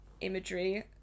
imagery